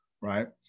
right